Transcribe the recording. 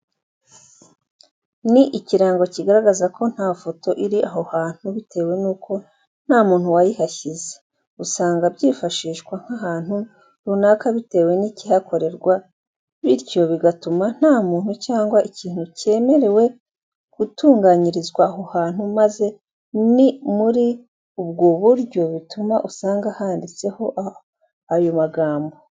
Ni ikirango kigaragaza ko nta foto iri aho hantu bitewe nuko nta muntu wayihashyize usanga byifashishwa nk'ahantu runaka bitewe nikihakorerwa, bityo bigatuma nta muntu cyangwa ikintu cyemerewe gutunganyirizwa aha hantu maze ni muri ubwovburyo bituma usanga handitse ayo magambo.